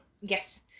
Yes